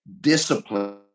discipline